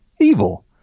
evil